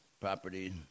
property